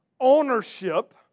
ownership